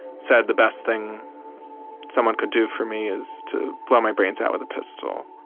said the best thing someone could do for me is to blow my brains out with a pistol